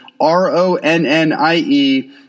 R-O-N-N-I-E